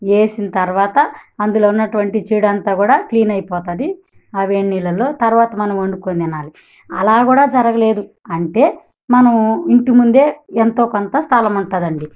వేసిన తరువాత అందులో ఉన్నటువంటి చీడ అంతా కూడా క్లీన్ అయిపోతుంది ఆ వే నీళ్ళలో తరువాత మనం వండుకొని తినాలి అలా కూడా జరగలేదు అంటే మనం ఇంటి ముందే ఎంతో కొంత స్థలం ఉంటుంది అండి